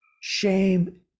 shame